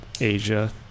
Asia